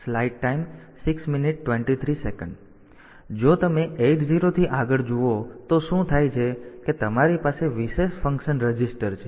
હવે જો તમે 80 થી આગળ જુઓ છો તો શું થાય છે કે તમારી પાસે વિશેષ ફંક્શન રજિસ્ટર છે